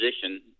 position